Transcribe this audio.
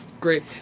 Great